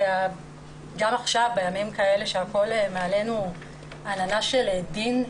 שגם בימים כאלה שהכול מעלינו זאת עננה של דין,